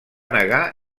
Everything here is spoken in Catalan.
negar